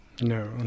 No